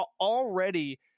already